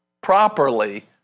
properly